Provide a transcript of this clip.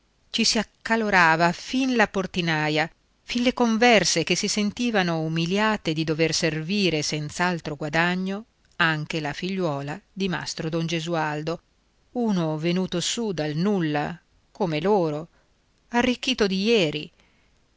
ci si accaloravano fin la portinaia fin le converse che si sentivano umiliate di dover servire senz'altro guadagno anche la figliuola di mastro don gesualdo uno venuto su dal nulla come loro arricchito di ieri